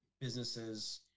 businesses